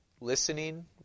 listening